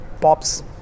POPs